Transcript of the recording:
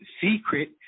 secret